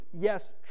yes